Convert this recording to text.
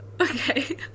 Okay